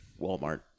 Walmart